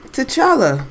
T'Challa